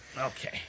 okay